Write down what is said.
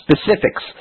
specifics